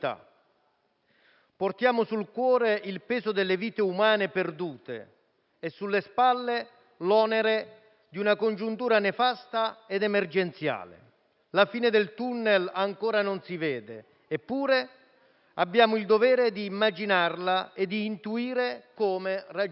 Portiamo sul cuore il peso delle vite umane perdute e sulle spalle l'onere di una congiuntura nefasta ed emergenziale. La fine del tunnel ancora non si vede, eppure abbiamo il dovere di immaginarla e di intuire come raggiungerla.